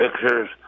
pictures